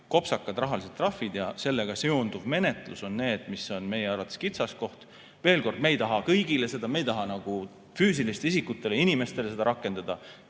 kopsakad rahalised trahvid ja sellega seonduv menetlus on need, mis on meie arvates kitsaskoht. Veel kord: me ei taha kõigile seda, me ei taha füüsilistele isikutele, inimestele seda rakendada.